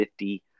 50